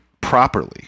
properly